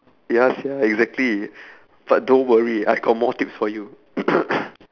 ya sia exactly but don't worry I got more tips for you